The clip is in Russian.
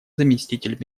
заместитель